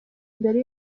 mbere